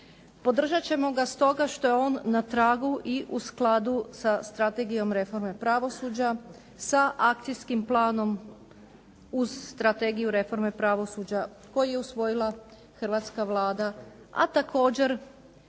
Podržat ćemo ga stoga što je on na tragu i u skladu sa Strategijom reforme pravosuđa, sa akcijskim planom uz Strategiju reforme pravosuđa koji je usvojila hrvatska Vlada, a također